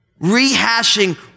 rehashing